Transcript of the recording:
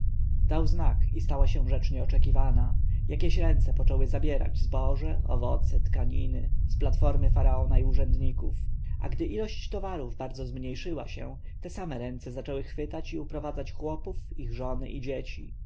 dał znak i stała się rzecz nieoczekiwana jakieś ręce poczęły zabierać zboże owoce tkaniny z platformy faraona i urzędników a gdy ilość towarów bardzo zmniejszyła się te same ręce zaczęły chwytać i uprowadzać chłopów ich żony i dzieci